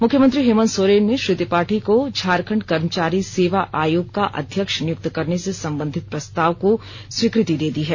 मुख्यमंत्री हेमंत सोरेन ने श्रीत्रिपाठी को झारखंड कर्मचारी सेवा आयोग का अध्यक्ष नियुक्त करने से संबंधित प्रस्ताव को स्वीकृति दे दी है